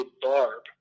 Barb